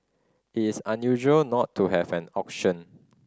it is unusual not to have an auction